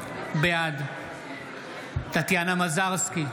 בעד טטיאנה מזרסקי,